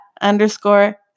underscore